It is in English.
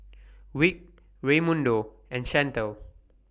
Vick Raymundo and Chantel